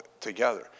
together